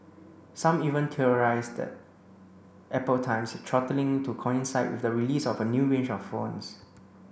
some even theorised that Apple times its throttling to coincide with the release of a new range of phones